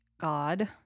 God